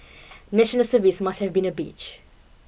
national service must have been a bitch